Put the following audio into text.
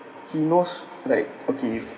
he knows like okay if